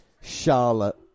Charlotte